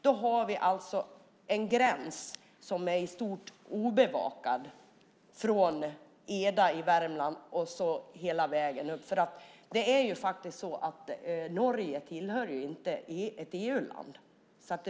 Då har vi alltså en gräns som är i stort obevakad från Eda i Värmland och hela vägen upp, för Norge är ju inte ett EU-land.